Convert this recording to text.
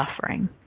suffering